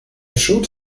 should